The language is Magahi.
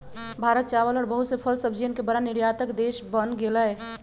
भारत चावल और बहुत से फल सब्जियन के बड़ा निर्यातक देश बन गेलय